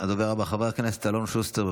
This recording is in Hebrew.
הדובר הבא, חבר הכנסת אלון שוסטר.